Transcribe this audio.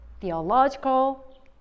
theological